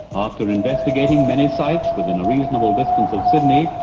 after investigating many sites within a reasonable distance of sydney,